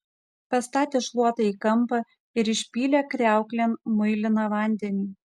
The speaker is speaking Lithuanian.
pastatė šluotą į kampą ir išpylė kriauklėn muiliną vandenį